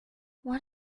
what